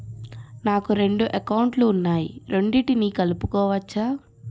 నాకు రెండు అకౌంట్ లు ఉన్నాయి రెండిటినీ కలుపుకోవచ్చా?